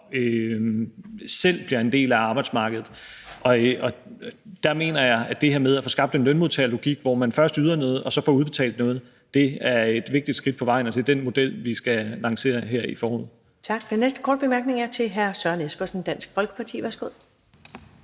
selv bliver en del af arbejdsmarkedet. Og der mener jeg, at det her med at få skabt en lønmodtagerlogik, hvor man først yder noget og så får udbetalt noget, er et vigtigt skridt på vejen, og det er den model, vi skal lancere her i foråret. Kl. 11:26 Første næstformand (Karen Ellemann): Tak. Den næste korte bemærkning er til hr. Søren Espersen, Dansk Folkeparti. Værsgo.